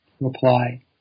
reply